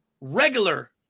regular